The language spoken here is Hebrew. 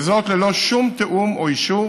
וזאת ללא שום תיאום או אישור